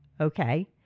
okay